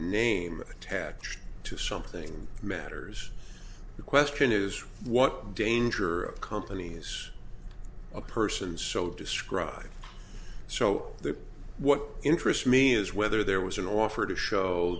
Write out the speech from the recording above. name attached to something matters the question is what danger of companies a person so described so the what interests me is whether there was an offer to show